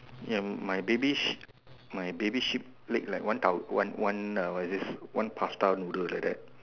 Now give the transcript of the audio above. yup my baby sheep my baby sheep leg like one one what is this one pasta noodle like that